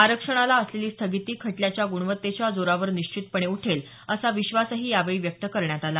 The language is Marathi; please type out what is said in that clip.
आरक्षणाला असलेली स्थगिती खटल्याच्या गुणवत्तेच्या जोरावर निश्चितपणे उठेल असा विश्वास यावेळी व्यक्त करण्यात आला